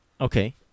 Okay